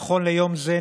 נכון ליום זה,